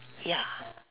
ya